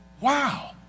Wow